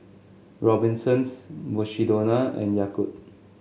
Robinsons Mukshidonna and Yakult